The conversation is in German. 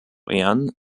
ehren